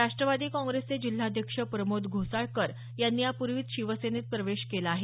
राष्ट्रवादी काँग्रेसचे जिल्हाध्यक्ष प्रमोद घोसाळकर यांनी यापूर्वीच शिवसेनेत प्रवेश केला आहे